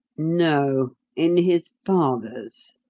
no in his father's.